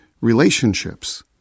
relationships